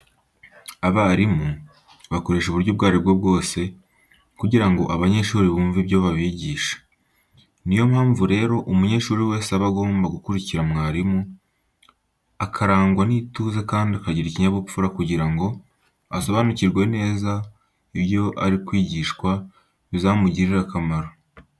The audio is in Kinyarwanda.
Abarimu bakoresha uburyo ubwo ari bwo bwose, kugira ngo abanyeshuri bumve ibyo babigisha. Niyo mpamvu rero, umunyeshuri wese aba agomba gukurikira mwarimu, akarangwa n'ituze kandi akagira ikinyabupfura kugira ngo asobanukirwe neza ibyo ari kwigishwa bizamugirire akamaro.